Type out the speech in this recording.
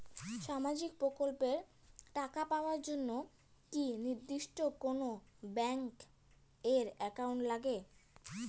সামাজিক প্রকল্পের টাকা পাবার জন্যে কি নির্দিষ্ট কোনো ব্যাংক এর একাউন্ট লাগে?